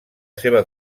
seva